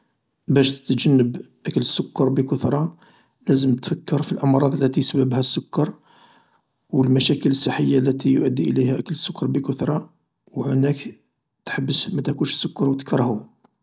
باش تجنب أكل السكر بكثرة لازم تفكر في الأمراض التي سببها السكر و المشاكل الصحية و التي يؤدي إليها أمل السكر بكثرة و أنك تحبس ماتاكلش السكر و تكرهو.